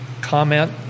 comment